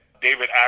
David